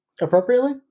appropriately